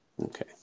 Okay